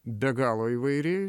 be galo įvairi